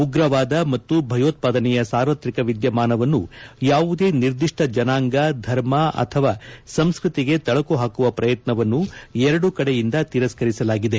ಉಗ್ರವಾದ ಮತ್ತು ಭಯೋತ್ವಾದನೆಯ ಸಾರ್ವತ್ರಿಕ ವಿದ್ಯಮಾನವನ್ನು ಯಾವುದೇ ನಿರ್ದಿಷ್ಟ ಜನಾಂಗ ಧರ್ಮ ಅಥವಾ ಸಂಸ್ಕೃತಿಗೆ ತಳಕು ಹಾಕುವ ಪ್ರಯತ್ನವನ್ನು ಎರಡೂ ಕಡೆಯಿಂದ ತಿರಸ್ಕರಿಸಲಾಗಿದೆ